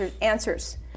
answers